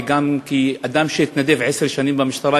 וגם כאדם שהתנדב עשר שנים במשטרה,